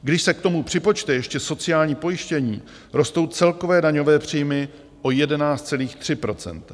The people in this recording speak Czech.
Když se k tomu připočte ještě sociální pojištění, rostou celkové daňové příjmy o 11,3 procenta.